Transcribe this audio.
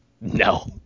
no